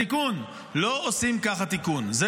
אתם רוצים לעשות תיקון, נעשה תיקון.